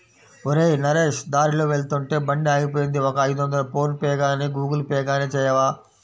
ఒరేయ్ నరేష్ దారిలో వెళ్తుంటే బండి ఆగిపోయింది ఒక ఐదొందలు ఫోన్ పేగానీ గూగుల్ పే గానీ చేయవా